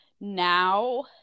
now